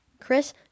Chris